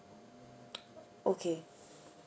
okay